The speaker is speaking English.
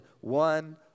one